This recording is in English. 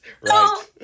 Right